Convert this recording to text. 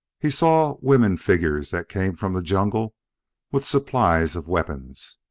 he saw women-figures that came from the jungle with supplies of weapons.